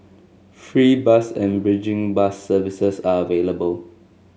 free bus and bridging bus services are available